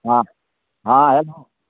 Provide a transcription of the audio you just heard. हँ हँ हइ